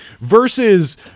versus